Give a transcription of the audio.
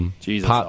Jesus